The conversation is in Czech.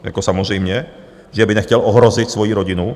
Jako samozřejmě, že by nechtěl ohrozit svoji rodinu.